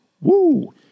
Woo